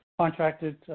contracted